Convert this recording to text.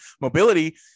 mobility